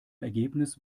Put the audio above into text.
ergebnis